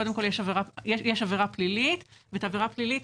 קודם כל יש עבירה פלילית ואת העבירה הפלילית